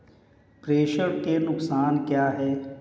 प्रेषण के नुकसान क्या हैं?